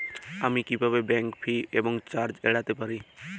আমি কিভাবে bank fee এবং চার্জ এড়াতে পারি?